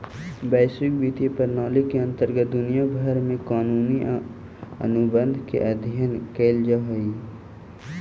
वैश्विक वित्तीय प्रणाली के अंतर्गत दुनिया भर के कानूनी अनुबंध के अध्ययन कैल जा हई